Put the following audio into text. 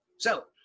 so,